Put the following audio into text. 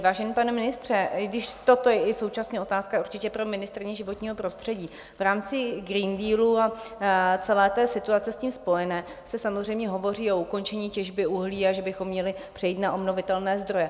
Vážený pane ministře, i když toto je i současně otázka určitě pro ministryni životního prostředí, v rámci Green Dealu a celé situace s tím spojené se samozřejmě hovoří o ukončení těžby uhlí a že bychom měli přejít na obnovitelné zdroje.